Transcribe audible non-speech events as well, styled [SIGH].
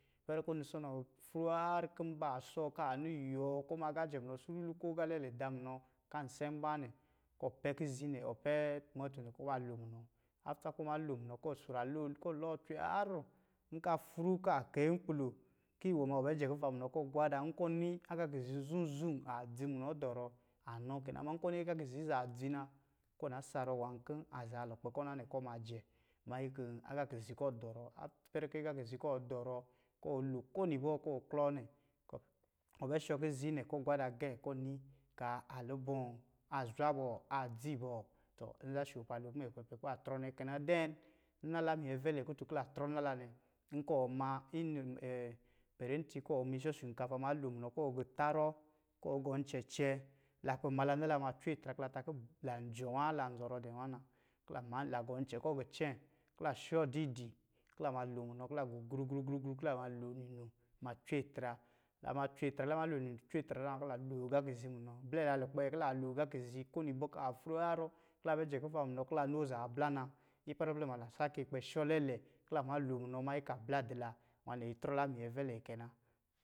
Ipɛrɛ nnusɔnɔ afru haar kɔ̄ mbā aa sɔɔ kɔ̄ ɔma agā jɛ munɔ kɔ̄ an sɛ̄ mbā nɛ, kɔ̄ ɔpɛ̄ kizi nɛ ɔpɛ̄ mbā nɛ, kɔ̄ ɔpɛ̄ kizi nɛ ɔpɛ̄ tumato nɛ kɔ̄ ɔ ma lo munɔ [UNINTELLIGIBLE] kɔ̄ ɔ suraroo kɔ̄ ɔ lɔɔ cwe haar kɔ̄ afru kɔ̄ akai nkpi lo kɔ̄ iwɔ ma ɔbɛ jɛ kuva munɔ kɔ̄ ɔ gwada nkɔ̄ ɔni agā kizi zum-zum aa dzi munɔ dɔrɔ anɔ kɛ na, ama nkɔ̄ ɔ ni agā a kizi azaa dzi na, kɔ̄ ɔ na sarɔ nwā kɔ̄ azaa lukpɛ kɔ̄ na nɛ kɔ̄ ɔ ma jɛ, mannyi kɔ̄ agā kizi kɔ̄ adorɔ ipɛrɛ kɔ̄ adɔrɔ kɔ̄ wɔ lo kowini ibɔ̄ kɔ̄ iwɔ klɔ nɛ, ɔbɛ shɔ kizi nɛ kɔ̄ ɔ gwada gɛ̄ kɔ̄ ɔni lubɔ̄? Azwa bɔ? Adzi bɔ? Tɔ, nza a soopa lo kɔ̄ mɛ kpɛ pɛ kɔ̄ ba trɔ bɔ kɛ na. [UNINTELLIGIBLE] nna ‘la a minyɛvɛlɛ kutun kɔ̄ la trɔ nna la, nkɔ̄ ɔ ma inu, perenti kɔ̄ iwɔ ma isɔ a shinkafa malo, la kpɛ ma la nnala macwe atra, kɔ̄ la takɔ̄ jɔ̄ wa, lan zɔrɔ dɛ̄ wa na, kɔ̄ lamaa, la gɔ ncɛ̄ kɔ̄ gɔ cɛ̄ kɔ̄ la shɔ didi kɔ̄ la malo munɔ kɔ̄ la gɔ gru-gru-gru, kɔ̄ la ma lo ninu ma cwe atra, lama cwe atra, la malo dɔ̄ cwe atra zā kɔ̄ la lo agā kizi munɔ, blɛ la lukpɛ kɔ̄ la agā kizi kowini ibɔ̄r kɔ̄ a fru haar kɔ̄ la bɛ jɛ kuva munɔ kɔ̄ la noo azaa blā na ipɛrɛ blɛ ma la sake kpɛ shɔ lɛlɛ kɔ̄ la malo munɔ mannyi kɔ̄ a blā dɔ̄ la nwā nɛ itrɔ ala a minyɛvɛlɛ kɛ na.